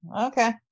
Okay